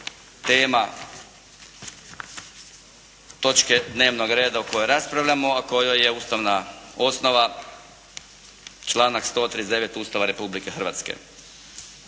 tema točke dnevnog reda o kojoj raspravljamo a kojoj je ustavna osnova članak 139. Ustava Republike Hrvatske.